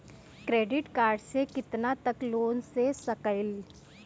Credit card से कितना तक लोन ले सकईल?